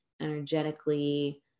energetically